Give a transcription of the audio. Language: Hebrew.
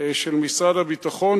של משרד הביטחון,